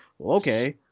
okay